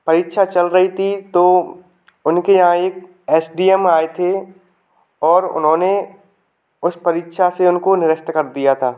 परीक्षा चल रही थी तो उनके यहाँ एक एस डी एम आए थे और उन्होंने उस परीक्षा से उनको निरस्त कर दिया था